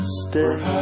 stay